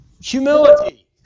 Humility